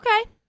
Okay